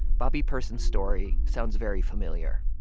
bobby person's story sounds very familiar.